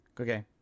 Okay